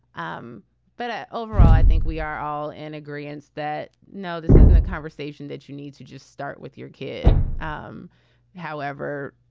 um but ah overall, i think we are all in agreeance that, no, this isn't a conversation that you need to just start with your kid. um however,